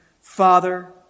Father